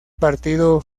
partido